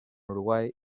uruguay